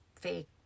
fake